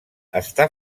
està